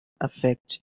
affect